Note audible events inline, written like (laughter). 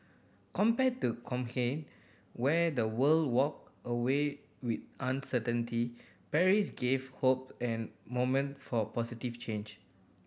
compared to (unintelligible) where the world walked away with uncertainty Paris gave hope and (unintelligible) for positive change